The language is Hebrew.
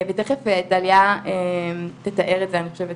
ותיכף טליה תתאר את זה, אני חושבת